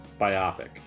Biopic